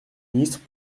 ministre